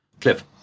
Cliff